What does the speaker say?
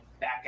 back